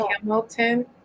Hamilton